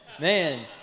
Man